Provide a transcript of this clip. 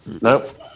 nope